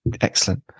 excellent